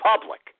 public